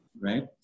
right